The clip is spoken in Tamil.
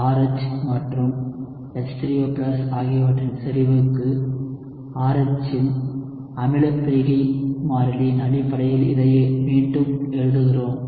RH மற்றும் H3O ஆகியவற்றின் செறிவுக்கு RH இன் அமில பிரிகை மாறிலியின் அடிப்படையில் இதை மீண்டும் எழுதுகிறோம்